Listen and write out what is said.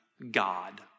God